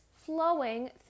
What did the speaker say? flowing